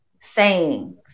sayings